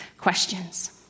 questions